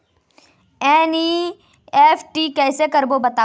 NEFT कैसे करबो बताव?